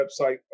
website